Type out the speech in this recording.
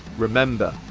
remember,